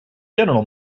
general